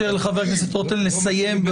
אפשר לחבר הכנסת רוטמן לסיים.